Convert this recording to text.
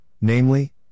namely